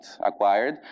acquired